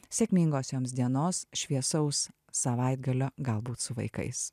sėkmingos jums dienos šviesaus savaitgalio galbūt su vaikais